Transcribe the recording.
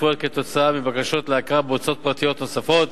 הצפויות כתוצאה מבקשות להכרה בהוצאות פרטיות נוספות,